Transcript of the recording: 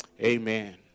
Amen